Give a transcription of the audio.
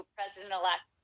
President-elect